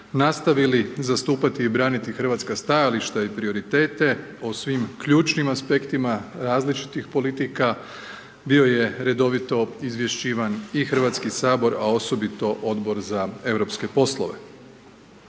nastavili zastupati i braniti hrvatska stajališta i prioritete o svim ključnim aspektima različitih politika, bio je redovito izvješćivan i Hrvatski sabor, a osobito Odbor za europske poslove.